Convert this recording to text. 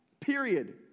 Period